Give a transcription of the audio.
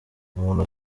umuntu